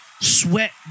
sweat